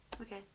Okay